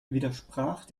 widersprach